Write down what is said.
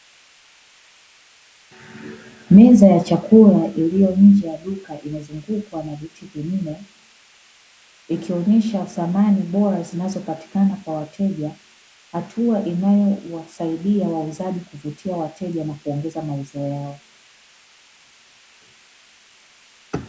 Meza ya chakula iliyo nje ya duka inazungukwa na viti vinne ikionesha samani bora zinazopatikana kwa wateja hatua inayowasaidia wauzaji kuvutia wateja na kuongeza mavuno yao.